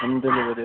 home delivery